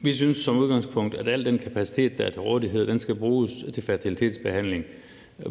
Vi synes som udgangspunkt, at al den kapacitet, der er til rådighed, skal bruges til fertilitetsbehandling